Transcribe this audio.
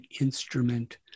instrument